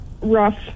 rough